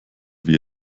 wie